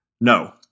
No